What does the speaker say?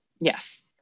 Yes